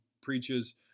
preaches